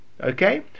Okay